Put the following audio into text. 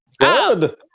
Good